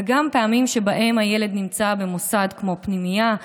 וגם פעמים שבהם הילד נמצא במוסד כמו פנימייה,